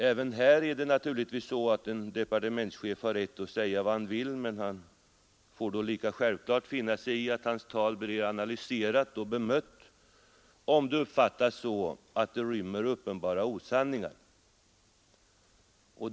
Även här är det naturligtvis så att en departementschef har rätt att säga vad han vill, men han får då lika självklart finna sig i att hans tal blir analyserat och bemött om det uppfattas på det sättet att det rymmer uppenbara osanningar.